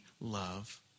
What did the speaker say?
love